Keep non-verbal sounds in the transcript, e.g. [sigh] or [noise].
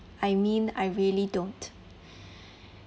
I mean I really don't [breath]